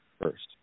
first